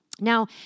Now